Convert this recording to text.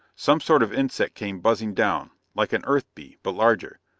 some sort of insect came buzzing down like an earth bee, but larger.